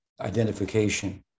identification